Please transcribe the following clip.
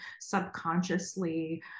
subconsciously